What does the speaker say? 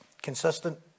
Consistent